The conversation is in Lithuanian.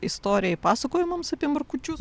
istorijai pasakojimams apie markučius